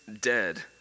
dead